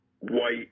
White